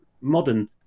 modern